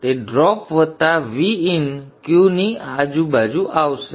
અને તે ડ્રોપ વત્તા Vin Qની આજુબાજુ આવશે